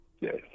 Yes